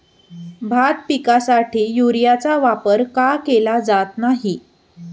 भात पिकासाठी युरियाचा वापर का केला जात नाही?